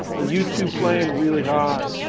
the u two plane, really high.